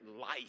life